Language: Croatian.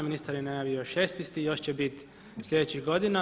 Ministar je najavio 16, još će biti slijedećih godina.